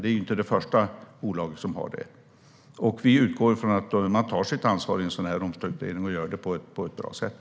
Detta är inte det första bolaget som har det. Vi utgår från att man tar sitt ansvar i en sådan här omstrukturering och gör det på ett bra sätt.